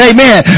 Amen